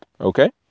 Okay